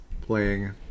playing